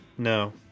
no